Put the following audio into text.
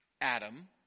Adam